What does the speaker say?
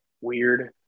weird